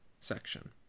Section